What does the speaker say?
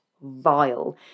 vile